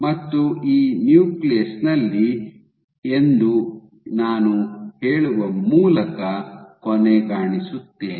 ಮತ್ತು ಈ ನ್ಯೂಕ್ಲಿಯಸ್ ನಲ್ಲಿ ಎಂದು ನಾನು ಹೇಳುವ ಮೂಲಕ ಕೊನೆಗಾಣಿಸುತ್ತೇನೆ